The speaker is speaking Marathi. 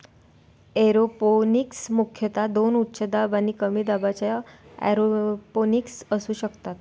एरोपोनिक्स मुख्यतः दोन उच्च दाब आणि कमी दाबाच्या एरोपोनिक्स असू शकतात